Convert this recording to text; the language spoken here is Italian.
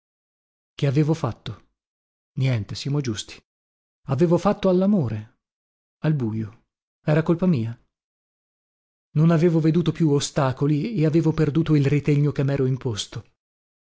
che avevo fatto niente siamo giusti avevo fatto allamore al bujo era colpa mia non avevo veduto più ostacoli e avevo perduto il ritegno che mero imposto